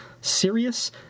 serious